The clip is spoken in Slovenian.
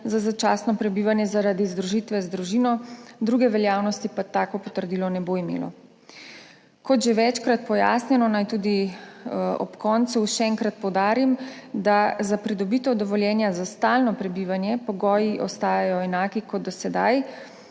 za začasno prebivanje zaradi združitve z družino, druge veljavnosti pa tako potrdilo ne bo imelo. Kot že večkrat pojasnjeno, naj tudi ob koncu še enkrat poudarim, da za pridobitev dovoljenja za stalno prebivanje pogoji ostajajo enaki kot do sedaj,